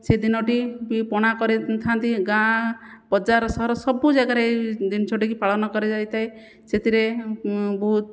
ସେ ଦିନଟି ବି ପଣା କରିଥାନ୍ତି ଗାଁ ବଜାର ସହର ସବୁ ଜାଗାରେ ଏହି ଜିନିଷଟିକୁ ପାଳନ କରାଯାଇଥାଏ ସେଥିରେ ବହୁତ